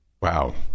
Wow